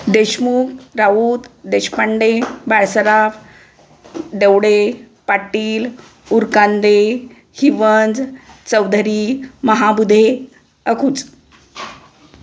Deshmukh Raut Deshpande Balsaraf Devade Patil Urkande Hivanj Chaudhari Mahabudhe Akuj